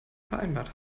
vereinbart